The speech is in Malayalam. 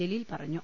ജലീൽ പറഞ്ഞു